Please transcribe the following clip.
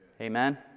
Amen